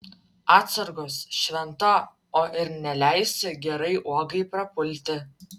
atsargos šventa o ir neleisi gerai uogai prapulti